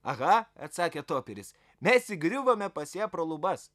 aha atsakė toperis mes įgriuvome pas ją pro lubas